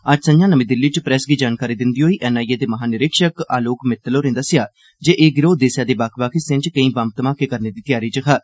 अज्ज संञा नमीं दिल्ली च प्रेस गी जानकारी दिन्दे होई एन आई ए दे महानिरीक्षक आलोक मित्तल होरें दस्सेआ जे एह् गिरोह देसा दे बक्ख बक्ख हिस्सें च केई बम्ब धमाके करने दी तैयारी च हा